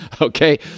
Okay